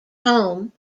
home